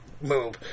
move